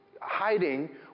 hiding